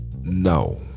no